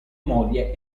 moglie